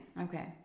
Okay